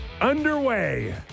underway